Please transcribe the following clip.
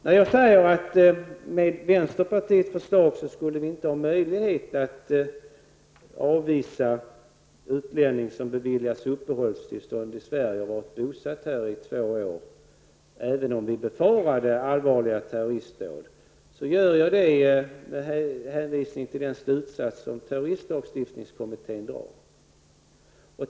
När jag säger att vi med vänsterpartiets förslag inte skulle ha möjlighet att avvisa utlänning som beviljats uppehållstillstånd i Sverige och som varit bosatt här i två år, även om vi befarade allvarliga terroristdåd, gör jag det med hänvisning till den slutsats som terroristlagstiftningskommittén drar.